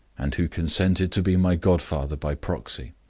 and who consented to be my godfather by proxy.